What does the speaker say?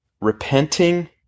repenting